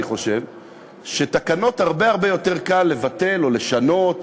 אני חושב שתקנות הרבה הרבה יותר קל לבטל או לשנות